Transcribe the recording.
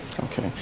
Okay